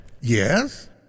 Yes